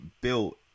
built